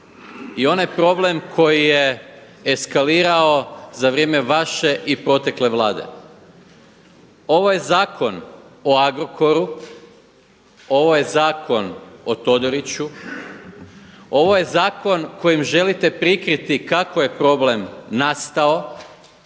i onaj problem koji je eskalirao za vrijeme vaše i protekle Vlade. Ovo je zakon o Agrokoru, ovo je zakon o Todoriću, ovo je zakon kojim želite prikriti kako je problem nastao,